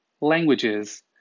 languages